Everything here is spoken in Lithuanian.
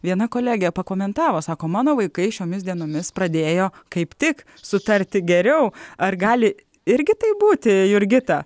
viena kolegė pakomentavo sako mano vaikai šiomis dienomis pradėjo kaip tik sutarti geriau ar gali irgi taip būti jurgita